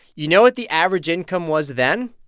you know what the average income was then?